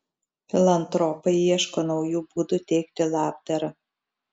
filantropai ieško naujų būdų teikti labdarą